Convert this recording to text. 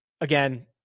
again